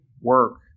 work